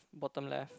bottom left